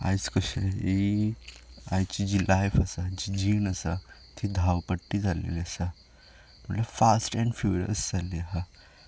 आयज कशेंय आयची जी लायफ आसा जीण आसा ती धांवपट्टी जाल्लेली आसा म्हणल्यार फास्ट एण्ड फ्युरीयस जाल्ली आसा